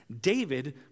David